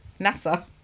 NASA